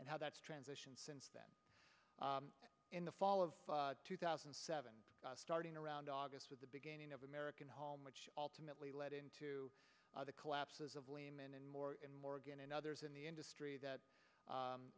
and how that transition since then in the fall of two thousand and seven starting around august with the beginning of american home which ultimately led into the collapses of lehman and more and more again and others in the industry that